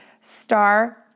Star